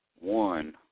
one